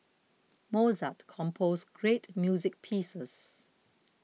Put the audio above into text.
Mozart composed great music pieces